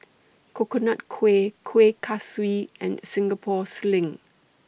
Coconut Kuih Kuih Kaswi and Singapore Sling